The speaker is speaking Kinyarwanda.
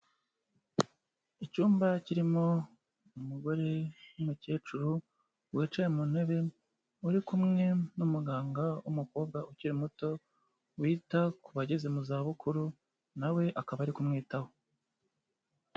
Icyumba kirimo umugore w'umukecuru wicaye mu ntebe uri, kumwe n'umuganga w'umukobwa ukiri muto wita ku bageze mu za bukuru, na we akaba ari kumwitaho.